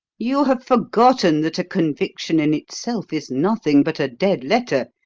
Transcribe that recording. you have forgotten that a conviction, in itself, is nothing but a dead letter.